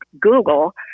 Google